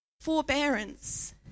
Forbearance